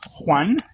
Juan